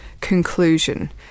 conclusion